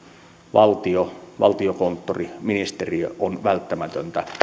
valtio valtiokonttori ministeriö on välttämätöntä